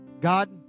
God